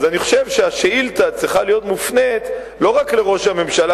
אז אני חושב שהשאילתא צריכה להיות מופנית לא רק אל ראש הממשלה,